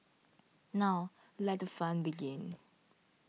now let the fun begin